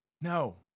No